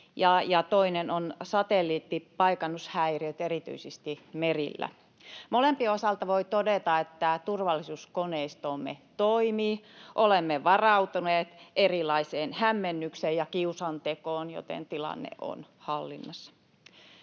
ja toinen on satelliittipaikannushäiriöt erityisesti merillä. Molempien osalta voi todeta, että turvallisuuskoneistomme toimii. Olemme varautuneet erilaiseen hämmennykseen ja kiusantekoon, joten tilanne on hallinnassa.